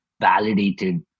validated